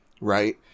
right